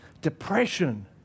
depression